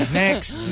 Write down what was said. next